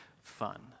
fun